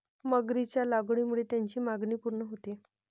मगरीच्या लागवडीमुळे त्याची मागणी पूर्ण होते